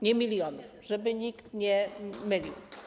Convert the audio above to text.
Nie milionów, żeby nikt nie mylił.